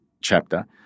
chapter